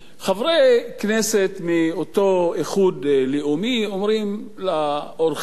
חברי כנסת מאותו איחוד לאומי אומרים לאורחים,